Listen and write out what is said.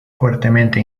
fuertemente